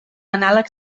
anàleg